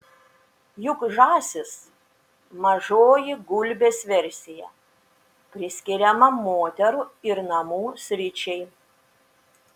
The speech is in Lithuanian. juk žąsis mažoji gulbės versija priskiriama moterų ir namų sričiai